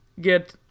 get